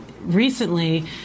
recently